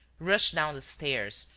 rushed down the stairs,